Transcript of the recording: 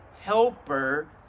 helper